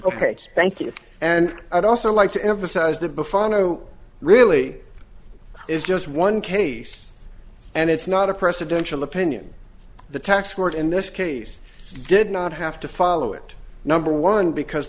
ok thank you and i'd also like to emphasize the befana oh really it's just one case and it's not a precedential opinion the tax court in this case did not have to follow it number one because